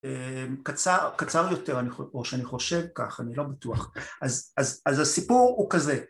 קצר יותר, או שאני חושב כך, אני לא בטוח, אז הסיפור הוא כזה